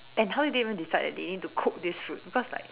and how did they even decide that they need to cook this fruit because like